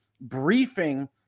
briefing